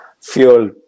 fuel